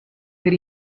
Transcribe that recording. per